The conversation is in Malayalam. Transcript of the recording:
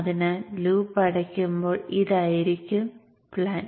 അതിനാൽ ലൂപ്പ് അടയ്ക്കുമ്പോൾ ഇതായിരിക്കും പ്ലാൻ